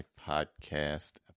Podcast